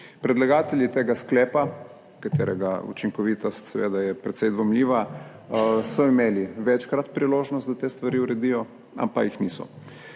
Predlagatelji tega sklepa, katerega učinkovitost seveda je precej dvomljiva, so imeli večkrat priložnost, da te stvari uredijo, ampak jih niso.